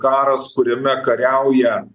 karas kuriame kariauja